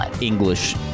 English